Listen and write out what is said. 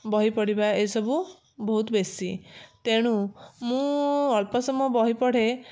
ବହି ପଢ଼ିବା ଏସବୁ ବହୁତ ବେଶୀ ତେଣୁ ମୁଁ ଅଳ୍ପ ସମୟ ବହି ପଢ଼େ